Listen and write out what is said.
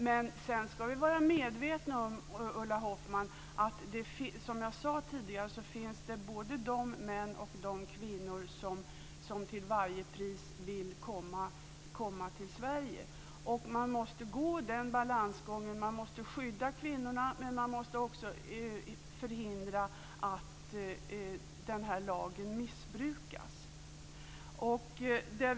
Men vi ska vara medvetna om, Ulla Hoffmann, att det finns både de män och de kvinnor som till varje pris vill komma till Sverige. Det är en balansgång att gå. Kvinnorna måste skyddas, men vi måste förhindra att lagen missbrukas.